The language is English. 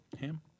ham